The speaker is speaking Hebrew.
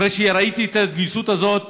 אחרי שראיתי את ההתגייסות הזאת,